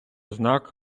знак